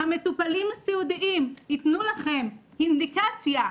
המטופלים הסיעודיים ייתנו לכם אינדיקציה,